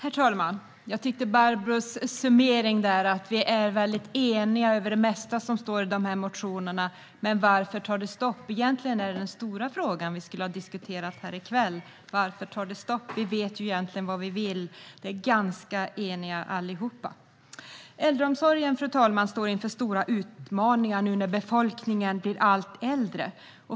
Fru talman! Jag tyckte om Barbros summering. Vi är eniga om det mesta som står i de här motionerna. Men varför tar det stopp? Egentligen är det den stora fråga vi skulle ha diskuterat här i kväll. Varför tar det stopp? Vi vet ju vad vi vill och är ganska eniga allihop. Äldreomsorgen, fru talman, står inför stora utmaningar nu när befolkningen blir allt äldre.